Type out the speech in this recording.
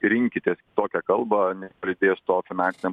rinkitės kitokią kalbą nepridėjus to finansinėm